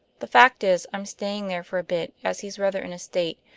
the fact is, i'm staying there for a bit as he's rather in a state,